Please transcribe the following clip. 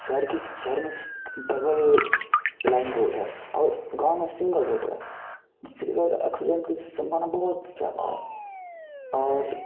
शहर की शहर में डबल लाइन रोड है और गाँव में सिंगल रोड है जिससे रोड एक्सीडेंट की सम्भावना बहुत ज़्यादा है और